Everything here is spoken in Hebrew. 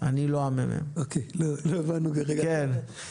הם כמובן נוגעים